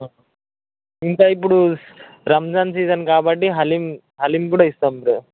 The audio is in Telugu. ఇంకా ఇప్పుడు రంజాన్ సీజన్ కాబట్టి హలీమ్ హలీమ్ కూడా ఇస్తుండే